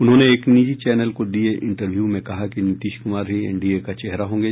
उन्होंने एक निजी चैनल को दिये इंटरव्यू में कहा कि नीतीश कुमार ही एनडीए का चेहरा होंगे